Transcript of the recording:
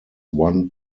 one